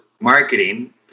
marketing